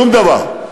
שום דבר.